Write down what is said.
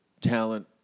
talent